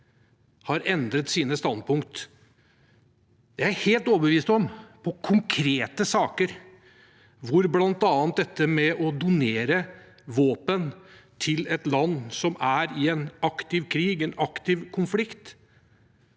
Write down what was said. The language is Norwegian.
har endret sine standpunkt. Jeg er helt overbevist om at det – på konkrete saker, bl.a. dette med å donere våpen til et land som er i en aktiv krig, i en aktiv konflikt